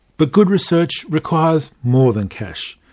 but good research requires more than cash.